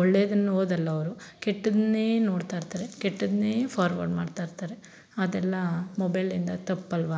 ಒಳ್ಳೆದನ್ನ ಓದಲ್ಲ ಅವರು ಕೆಟ್ಟುದನ್ನೇ ನೋಡ್ತಾ ಇರ್ತಾರೆ ಕೆಟ್ಟುದನ್ನೇ ಫಾರ್ವರ್ಡ್ ಮಾಡ್ತಾ ಇರ್ತಾರೆ ಅದೆಲ್ಲಾ ಮೊಬೈಲಿಂದ ತಪ್ಪಲ್ವ